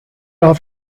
off